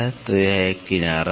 तो यह एक किनारा है